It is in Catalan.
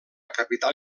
capital